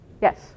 Yes